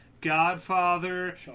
Godfather